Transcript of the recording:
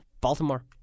Baltimore